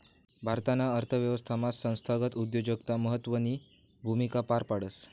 भारताना अर्थव्यवस्थामा संस्थागत उद्योजकता महत्वनी भूमिका पार पाडस